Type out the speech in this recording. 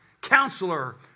Counselor